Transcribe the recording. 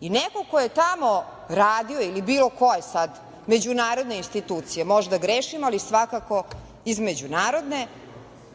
i neko ko je tamo radio ili bilo koje sad međunarodne institucije, možda grešim, ali svakako iz međunarodne